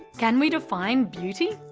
can we define beauty?